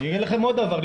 דבר נוסף,